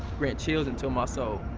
grant children to my so